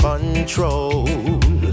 control